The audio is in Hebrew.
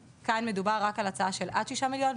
כאן מדובר רק על הצעה של עד 6 מיליון ₪,